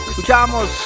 Escuchamos